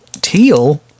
Teal